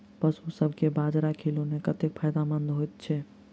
पशुसभ केँ बाजरा खिलानै कतेक फायदेमंद होइ छै?